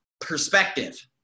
perspective